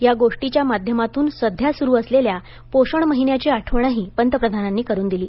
या गोष्टीच्या माध्यमातून सध्या सुरु असलेल्या पोषण महिन्याची आठवणही पंतप्रधानांनी करून दिली